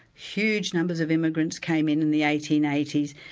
huge number of immigrants came in in the eighteen eighty s,